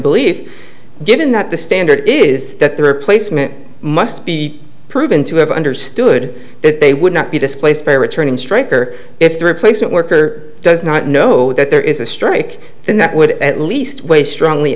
believe given that the standard is that their placement must be proven to have understood that they would not be displaced by returning striker if the replacement worker does not know that there is a strike then that would at least weigh strongly